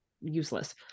useless